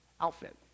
outfit